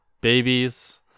babies